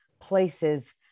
places